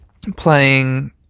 playing